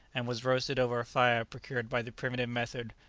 and was roasted over a fire procured by the primitive method,